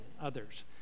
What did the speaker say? others